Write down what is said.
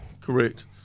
Correct